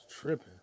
tripping